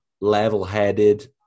level-headed